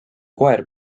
koer